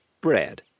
bread